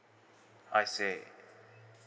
I see